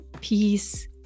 peace